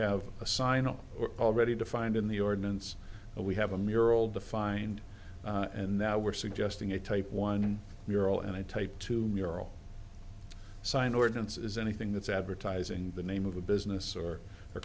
have a sign up already defined in the ordinance that we have a mural defined and that we're suggesting a type one mural and i type two mural sign ordinance is anything that's advertising the name of a business or a